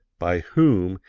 by whom,